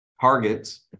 targets